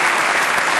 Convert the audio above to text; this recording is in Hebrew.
כפיים)